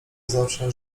zawsze